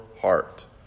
heart